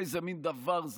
איזה מין דבר זה?